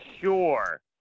Sure